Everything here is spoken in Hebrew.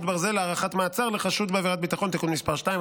ברזל) (הארכת מעצר לחשוד בעבירת ביטחון) (תיקון מס' 2),